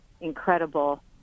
incredible